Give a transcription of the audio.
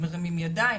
מרימים ידיים?